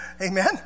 Amen